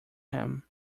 him